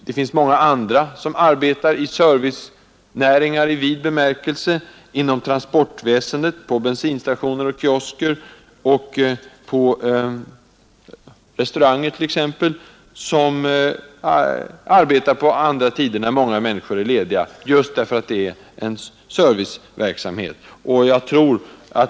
Det finns många andra som arbetar i servicenäringar i vid bemärkelse — t.ex. inom transportväsendet, på bensinstationer, i kiosker och på restauranger — och som just därför att det är en serviceverksamhet arbetar på tider då många andra människor är lediga.